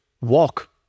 walk